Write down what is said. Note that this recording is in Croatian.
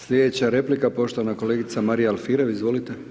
Sljedeća replika poštovana kolegica Marija Alfirev, izvolite.